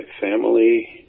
family